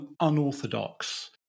unorthodox